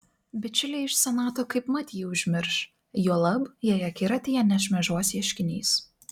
bičiuliai iš senato kaipmat jį užmirš juolab jei akiratyje nešmėžuos ieškinys